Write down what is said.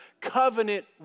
covenant